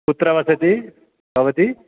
कुत्र वसति भवती